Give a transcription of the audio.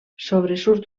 sobresurt